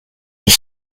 were